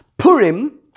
Purim